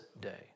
day